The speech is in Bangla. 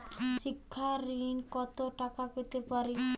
শিক্ষা ঋণ কত টাকা পেতে পারি?